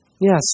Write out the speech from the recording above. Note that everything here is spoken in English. Yes